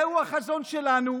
זהו החזון שלנו,